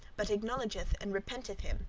but acknowledgeth, and repenteth him,